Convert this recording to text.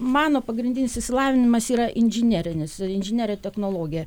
mano pagrindinis išsilavinimas yra inžinerinis inžinierė technologė